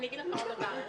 אני אגיד לך עוד דבר: